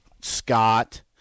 Scott –